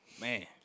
Man